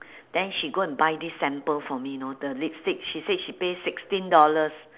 then she go and buy this sample for me you know the lipstick she said she pay sixteen dollars